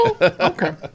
okay